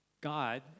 God